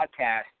podcast